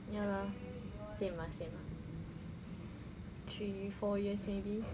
ya lah same ah same ah three four years maybe